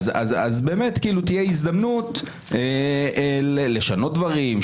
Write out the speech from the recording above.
באמת תהיה הזדמנות לשנות דברים,